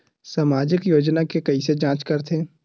सामाजिक योजना के कइसे जांच करथे?